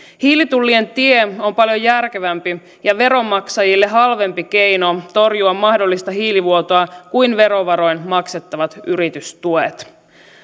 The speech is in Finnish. hiilitullien tie on paljon järkevämpi ja veronmaksajille halvempi keino torjua mahdollista hiilivuotoa kuin verovaroin maksettavat yritystuet